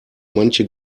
manche